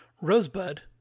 Rosebud